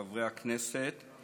חבריי הכנסת,